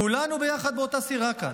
כולנו ביחד באותה סירה כאן.